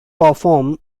performs